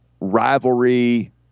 rivalry